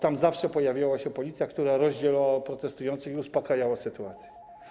Tam zawsze pojawiała się Policja, która rozdzielała protestujących i uspokajała sytuację.